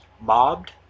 mobbed